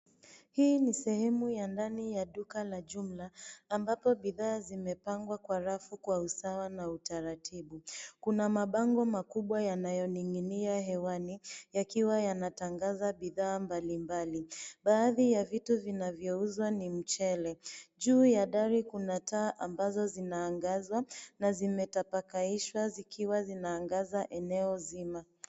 Hii ni sehemu ya ndani ya duka la jumla, ambapo bidhaa zimepangwa kwa rafu kwa usawa na utaratibu. Kuna mabango makubwa yanayo ning'inia hewani yakiwa yanatangaza bidhaa mbalimbali. Baadhi ya vitu vinavyo uzwa ni mchele. Juu ya dari kuna taa ambazo zinaangaza na zimetapakaishwa zikiwa zinaangaza eneo nzima.